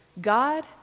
God